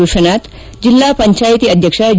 ವಿಶ್ವನಾಥ್ ಜಿಲ್ಲಾ ಪಂಚಾಯಿತಿ ಅಧ್ಯಕ್ಷ ಜ